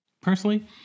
personally